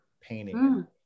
painting